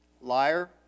Liar